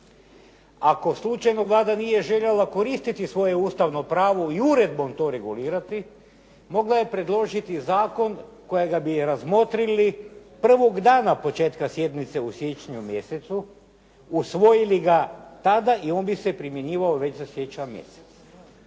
Ako slučajno Vlada nije željela koristiti svoje Ustavno pravo i uredbom to regulirati mogla je predložiti zakon kojega bi razmotrili prvog dana početka sjednice u siječnju mjesecu, usvojili ga tada i on bi se primjenjivao već za siječanj mjesec.